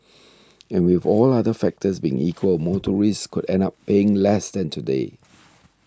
and with all other factors being equal motorists could end up paying less than today